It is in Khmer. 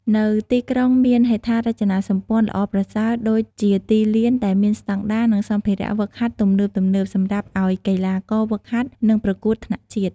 នៅទីក្រុងមាន ហេដ្ឋារចនាសម្ព័ន្ធ ល្អប្រសើរដូចជាទីលានដែលមានស្តង់ដារ និងសម្ភារៈហ្វឹកហាត់ទំនើបៗ សម្រាប់ឱ្យកីទ្បាករហ្វឹកហាត់ និងប្រកួតថ្នាក់ជាតិ។